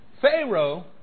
Pharaoh